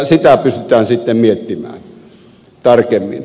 sitä pystytään sitten miettimään tarkemmin